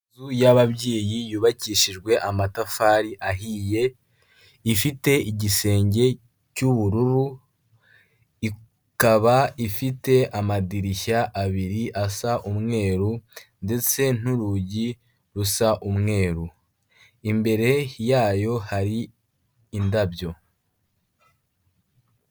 Inzu y'ababyeyi yubakishijwe amatafari ahiye, ifite igisenge cy'ubururu, ikaba ifite amadirishya abiri asa umweru, ndetse n'urugi rusa umweru, imbere yayo hari indabyo.